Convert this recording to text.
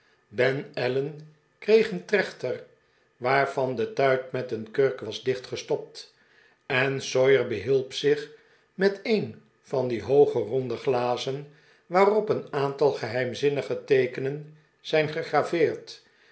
ben allen kreeg een trechter waarvan de tuit met een kurk was dichtgestopt en sawyer behielp zich met een van die hooge ronde glazen waarop een aantal geheimzinnige teekenen zijn